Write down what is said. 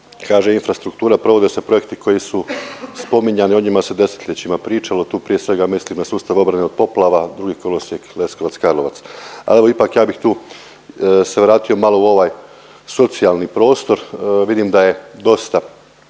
HŽ Infrastruktura provode se projekt i koji su spominjani. O njima se desetljećima pričalo. Tu prije svega mislim na sustav obrane od poplava drugi kolosijek Leskovac-Karlovac. Ali evo ipak ja bih tu se vratio malo u ovaj socijalni prostor. Vidim da je dosta